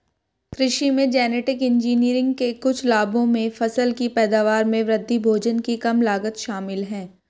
कृषि में genetic engineering के कुछ लाभों में फसल की पैदावार में वृद्धि, भोजन की कम लागत शामिल हैं